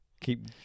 Keep